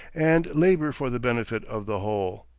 and labor for the benefit of the whole.